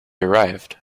arrived